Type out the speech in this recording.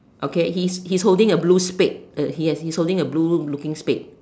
okay he's he's holding a blue spade uh yes he's holding a blue looking spade